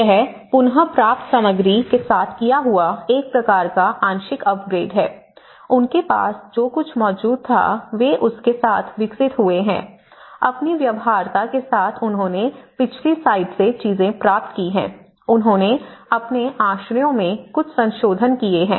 यह पुनःप्राप्त सामग्री के साथ किया हुआ एक प्रकार का आंशिक अपग्रेड है उनके पास जो कुछ मौजूद था वे उसके साथ विकसित हुए हैं अपनी व्यवहार्यता के साथ उन्होंने पिछली साइट से चीजें प्राप्त की हैं उन्होंने अपने आश्रयों में कुछ संशोधन किए हैं